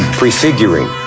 prefiguring